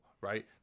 right